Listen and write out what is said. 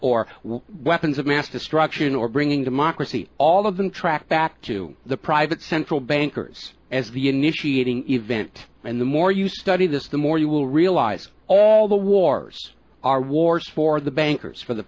or weapons of mass destruction or bringing democracy all of them tracked back to the private central bankers as the initiating event and the more you study this the more you will realize all the wars are wars for the bankers for the